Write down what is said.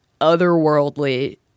otherworldly